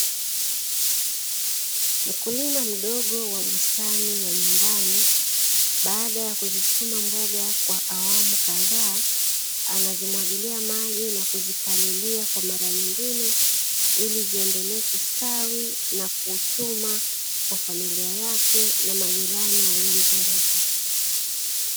Mkulima mdogo wa bustani ya nyumbani, baada ya kuzichuma mboga kwa awamu kazaa anazimwagilia maji na kuzipalilia kwa mara nyingine, ili ziendelee kustawi na kuchuma kwa familia yake na majirani walio mzunguka.